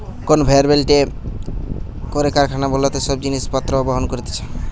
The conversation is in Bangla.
কনভেয়র বেল্টে করে কারখানা গুলাতে সব জিনিস পত্র বহন করতিছে